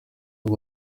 uyu